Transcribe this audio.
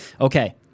Okay